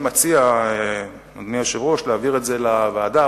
אני מציע להעביר את זה לוועדה,